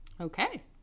okay